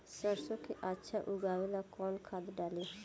सरसो के अच्छा उगावेला कवन खाद्य डाली?